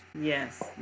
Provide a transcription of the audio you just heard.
Yes